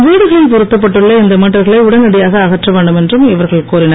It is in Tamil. வீடுகளில் பொறுத்தப்பட்டுள்ள இந்த மீட்டர்களை உடனடியாக அகற்ற வேண்டும் என்றும் இவர்கள் கோரினர்